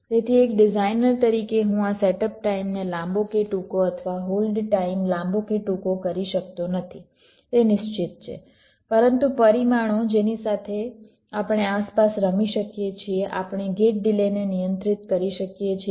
તેથી એક ડિઝાઇનર તરીકે હું આ સેટઅપ ટાઈમને લાંબો કે ટૂંકો અથવા હોલ્ડ ટાઈમ લાંબો કે ટૂંકો કરી શકતો નથી તે નિશ્ચિત છે પરંતુ પરિમાણો જેની સાથે આપણે આસપાસ રમી શકીએ છીએ આપણે ગેટ ડિલેને નિયંત્રિત કરી શકીએ છીએ